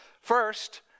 First